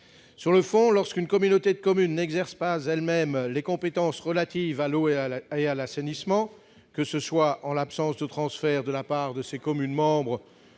Sur le fond, lorsqu'une communauté de communes n'exerce pas elle-même les compétences relatives à l'eau et à l'assainissement, que ce soit en l'absence de transfert de la part de ses communes membres